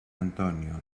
antonio